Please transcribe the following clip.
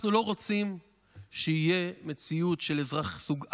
אנחנו לא רוצים שתהיה מציאות של אזרח סוג א'